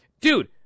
Dude